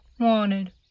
Wanted